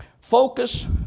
Focus